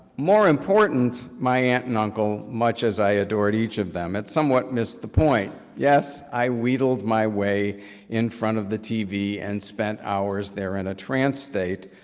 more important, my aunt and uncle, much as i adored each of them, had somewhat missed the point. yes, i weaseled my way in front of the tv, and spent hours there in a trans state,